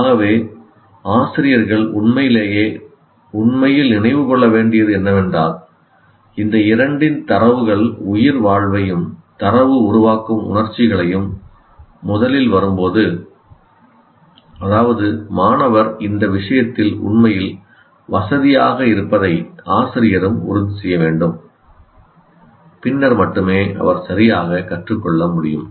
ஆகவே ஆசிரியர்கள் உண்மையிலேயே உண்மையில் நினைவில் கொள்ள வேண்டியது என்னவென்றால் இந்த இரண்டின் தரவுகள் உயிர்வாழ்வையும் தரவு உருவாக்கும் உணர்ச்சிகளையும் முதலில் வரும்போது அதாவது மாணவர் இந்த விஷயத்தில் உண்மையில் வசதியாக இருப்பதை ஆசிரியரும் உறுதி செய்ய வேண்டும் பின்னர் மட்டுமே அவர் சரியாக கற்றுக்கொள்ள முடியும்